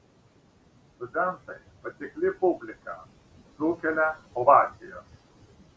studentai patikli publika sukelia ovacijas